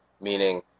meaning